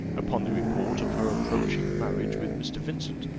upon the report of her approaching marriage with mr. vincent.